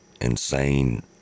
insane